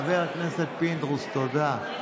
חבר הכנסת פינדרוס, תודה.